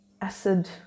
acid